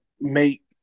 make